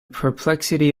perplexity